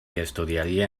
estudiaría